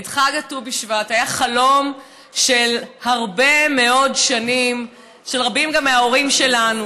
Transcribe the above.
את חג הט"ו בשבט היה חלום הרבה מאוד שנים של רבים מההורים שלנו,